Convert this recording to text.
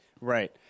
right